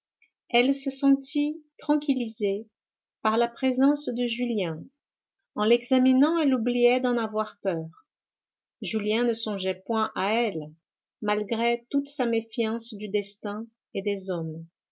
elle se sentit tranquillisée par la présence de julien en l'examinant elle oubliait d'en avoir peur julien ne songeait point à elle malgré toute sa méfiance du destin et des hommes